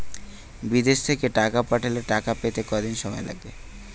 বিদেশ থেকে টাকা পাঠালে টাকা পেতে কদিন সময় লাগবে?